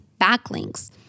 backlinks